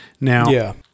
Now